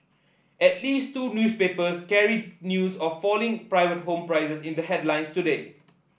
at least two newspapers carried news of falling private home prices in their headlines today